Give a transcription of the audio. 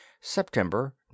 September